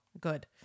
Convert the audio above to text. good